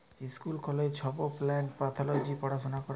school কলেজে ছব plant pathology পড়াশুলা ক্যরে